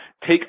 take